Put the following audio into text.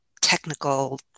technical